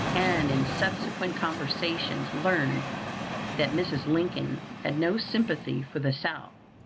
and in subsequent conversations learned that mrs. lincoln had no sympathy for the south.